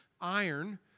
iron